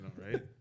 right